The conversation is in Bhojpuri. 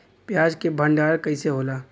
प्याज के भंडारन कइसे होला?